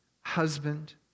husband